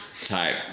type